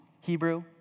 Hebrew